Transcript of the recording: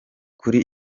kuri